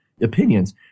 opinions